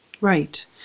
Right